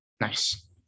Nice